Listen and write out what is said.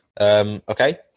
Okay